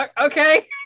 okay